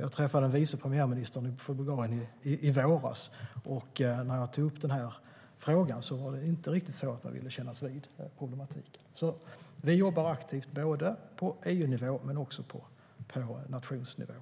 Jag träffade vice premiärministern från Bulgarien i våras, och när jag tog upp den här frågan ville man inte riktigt kännas vid problematiken. Vi jobbar alltså aktivt både på EU-nivå och på nationsnivå.